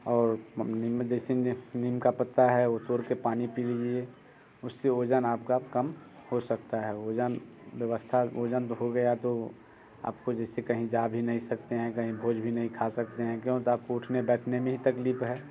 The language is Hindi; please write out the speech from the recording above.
और जैसे में नीम का पत्ता है वो तोड़ के पानी पी लीजिए उससे वज़न आपको कम हो सकता है वज़न व्यवस्था वज़न हो गया तो आपको जैसे कहीं जा भी नहीं सकते हैं कहीं भोज भी नहीं खा सकते हैं क्यों आपको उठने बैठने में भी तकलीफ़ है